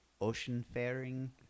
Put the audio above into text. ocean-faring